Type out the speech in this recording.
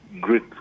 great